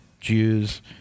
Jews